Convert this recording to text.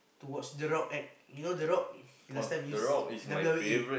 to watch the rock act you know the rock he last time use W_W_E